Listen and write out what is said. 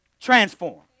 transform